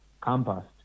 compost